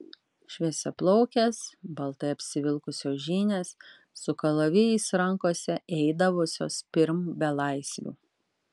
šviesiaplaukės baltai apsivilkusios žynės su kalavijais rankose eidavusios pirm belaisvių